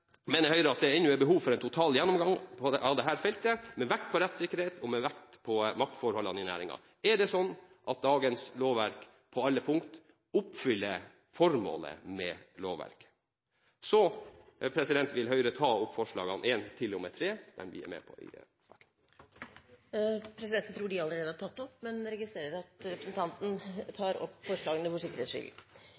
mener Høyre at det er behov for en total gjennomgang av dette feltet med vekt på rettssikkerhet og med vekt på maktforholdene i næringen. Er det sånn at dagens lovverk på alle punkt oppfyller formålet med lovverket?